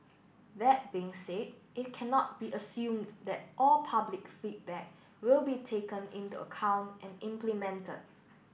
that being said it cannot be assumed that all public feedback will be taken into account and implemented